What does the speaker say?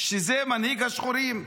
מנהיג השחורים,